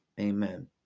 Amen